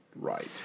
Right